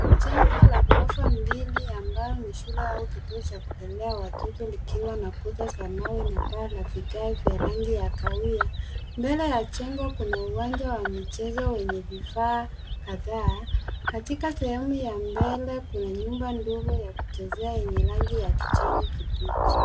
Jengo la ghorofa mbili ambalo ni shule au kituo cha kutendea wateja likiwa na kuta za mawe na paa la vigae vya rangi ya kahawia. Mbele ya jengo kuna uwanja wa michezo wenye vifaa kadhaa. Katika sehemu ya mbele kuna jumba ndogo ya kuchezea yenye rangi ya kijani kibichi.